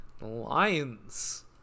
Lions